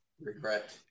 regret